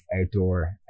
outdoor